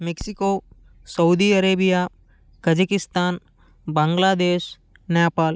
Mexico Saudi Arabia Kazakhstan Bangladesh Nepal